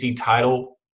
title